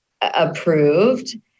approved